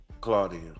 Claudia